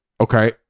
Okay